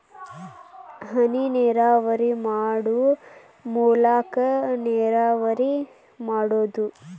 ಹನಿನೇರಾವರಿ ಮಾಡು ಮೂಲಾಕಾ ನೇರಾವರಿ ಮಾಡುದು